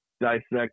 dissect